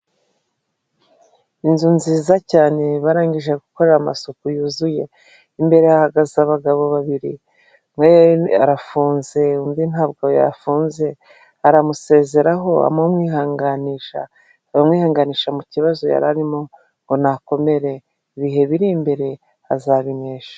Inzu nziza cyane barangije gukorera amasuku yuzuye. Imbere hahagaze abagabo babiri, umwe arafunze undi ntabwo afunze, aramusezeraho amwihanganisha, amwihanganisha mu kibazo yari arimo ngo nakomere, ibihe biri imbere azabinesha.